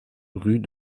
rue